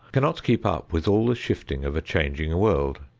cannot keep up with all the shifting of a changing world.